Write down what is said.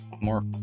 more